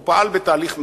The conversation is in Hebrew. הוא פעל בתהליך מהיר,